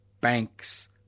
banks